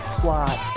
squad